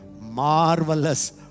marvelous